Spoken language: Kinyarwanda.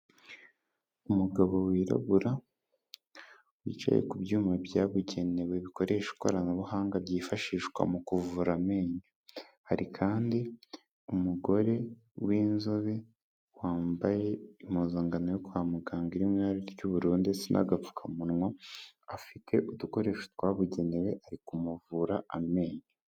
Umugabo wirabura wicaye ku byuma byabugenewe bikoresha ikoranabuhanga byifashishwa mu kuvura amenyo, hari kandi umugore w'inzobe wambaye impuzankano yo kwa muganga iri mu ibara ry'ubururu ndetse n'agapfukamunwa, afite udukoresho twabugenewe, ari kumuvura amenyo.